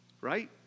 Right